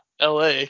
LA